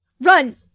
run